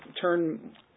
turn